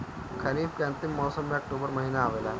खरीफ़ के अंतिम मौसम में अक्टूबर महीना आवेला?